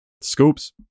Scoops